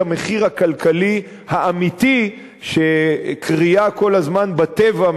המחיר הכלכלי האמיתי שכרייה כל הזמן בטבע,